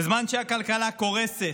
בזמן שהכלכלה קורסת,